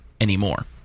anymore